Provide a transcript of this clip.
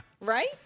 Right